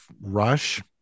Rush